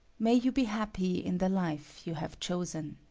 may you be happy in the life you have chosen!